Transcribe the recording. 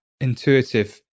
intuitive